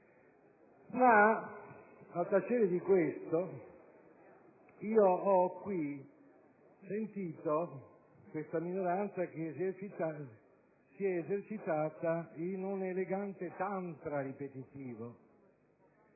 Ma al tacere di questo, io ho qui sentito questa minoranza che si è esercitata in un'elegante *tantra* ripetitivo,